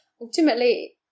ultimately